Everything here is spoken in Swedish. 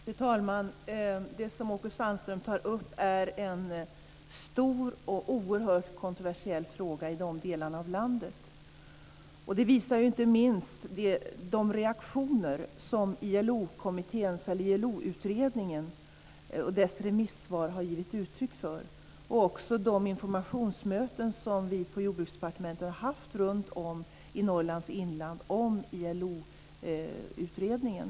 Fru talman! Det som Åke Sandström tar upp är en stor och oerhört kontroversiell fråga i de delarna av landet. Det visar inte minst de reaktioner på ILO utredningen som det har givits uttryck för i remissvaren och vid de informationsmöten som vi på Jordbruksdepartementet har haft runtom i Norrlands inland om ILO-utredningen.